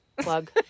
Plug